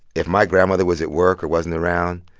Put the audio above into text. if my grandmother was at work or wasn't around,